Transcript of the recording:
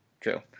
True